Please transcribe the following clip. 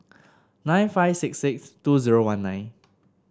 nine five six six two zero one nine